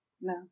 No